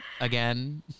Again